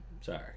Sorry